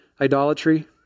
idolatry